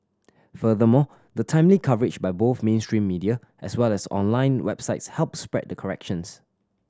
furthermore the timely coverage by both mainstream media as well as online websites help spread the corrections